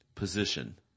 position